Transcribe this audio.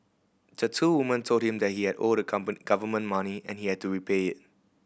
the two women told him that he had owed the government money and he had to repay it